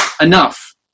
enough